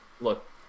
look